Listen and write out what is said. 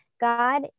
God